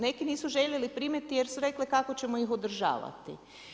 Neki nisu željeli primiti jer su rekli kako ćemo ih održavati.